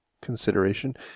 consideration